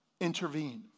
intervene